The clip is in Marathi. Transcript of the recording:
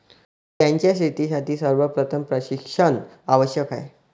मोत्यांच्या शेतीसाठी सर्वप्रथम प्रशिक्षण आवश्यक आहे